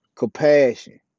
Compassion